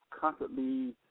constantly